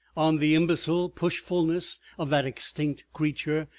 on the imbecile pushfulness of that extinct creature,